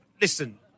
listen